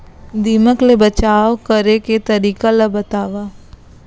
दीमक ले बचाव करे के तरीका ला बतावव?